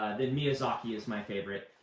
then miyazaki is my favorite,